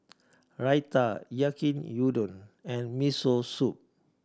Raita Yaki Udon and Miso Soup